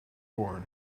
born